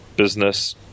business